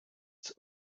its